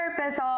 purpose